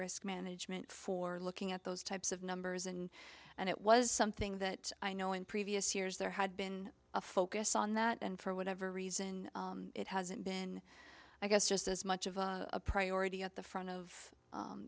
risk management for looking at those types of numbers and and it was something that i know in previous years there had been a focus on that and for whatever reason it hasn't been i guess just as much of a priority at the front of